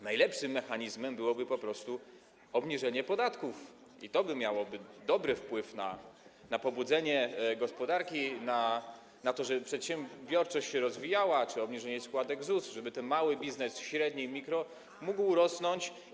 Najlepszym mechanizmem byłoby po prostu obniżenie podatków, i to by miało dobry wpływ na pobudzenie gospodarki, na to, żeby przedsiębiorczość się rozwijała, albo obniżenie składek ZUS, żeby ten biznes - mały, średni i mikro - mógł rosnąć.